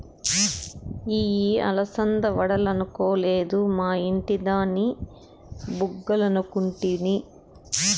ఇయ్యి అలసంద వడలనుకొలేదు, మా ఇంటి దాని బుగ్గలనుకుంటిని